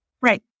Right